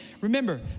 remember